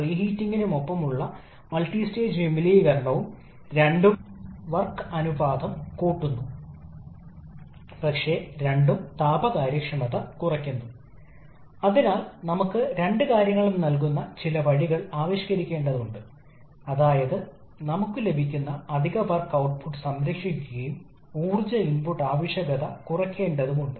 തീർച്ചയായും സമ്മർദ്ദ അനുപാതം ഈ ഒപ്റ്റിമൽ സൈക്കിൾ കാര്യക്ഷമതയുമായി പൊരുത്തപ്പെടുന്നു അത് ഉയർന്ന തോതിൽ വർദ്ധിച്ചുകൊണ്ടിരിക്കുന്നു താപനില പക്ഷേ ഇപ്പോഴും ഒരുതരം ഒപ്റ്റിമൽ ഉണ്ട്